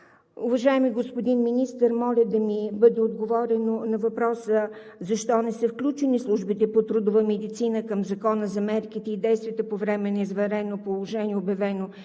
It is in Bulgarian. Уважаеми господин Министър, моля да ми бъде отговорено на въпроса: защо не са включени службите по трудова медицина към Закона за мерките и действията по време на извънредното положение, обявено